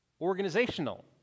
organizational